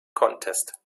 contest